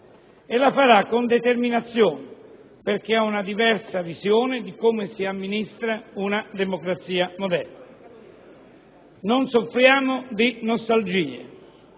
e la farà con determinazione, perché ha una diversa visione di come si amministra una democrazia moderna. Non soffriamo di nostalgie.